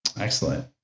Excellent